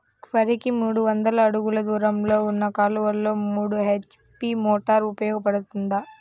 వరికి మూడు వందల అడుగులు దూరంలో ఉన్న కాలువలో మూడు హెచ్.పీ మోటార్ ఉపయోగపడుతుందా?